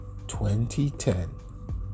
2010